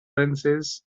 princess